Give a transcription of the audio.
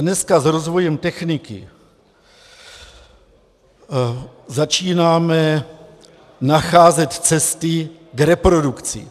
Dneska s rozvojem techniky začínáme nacházet cesty k reprodukci.